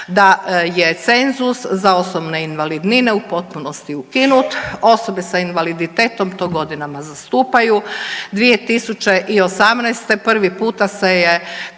da je cenzus za osobne invalidnine u potpunosti ukinut. Osobe sa invaliditetom to godinama zastupaju, 2018. prvi puta se je